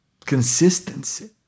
consistency